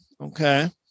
Okay